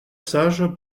sage